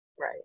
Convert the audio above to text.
Right